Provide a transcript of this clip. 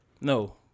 No